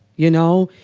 you know?